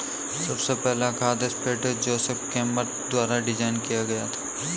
सबसे पहला खाद स्प्रेडर जोसेफ केम्प द्वारा डिजाइन किया गया था